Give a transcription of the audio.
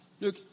Look